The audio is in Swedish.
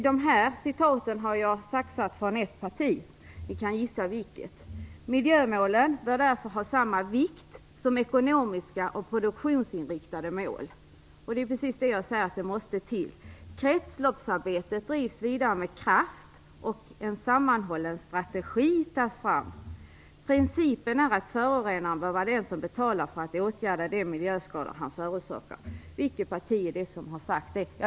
Dessa citat har jag saxat från ett parti, ni kan gissa vilket: "Miljömålen bör därför ha samma vikt som ekonomiska och produktionsinriktade mål." - det är precis det jag säger måste till - "Kretsloppsarbetet drivs vidare med kraft och en sammanhållen strategi tas fram. - Principen är att förorenaren bör vara det som betalar för att åtgärda de miljöskador han förorsakar". Vilket parti har sagt det?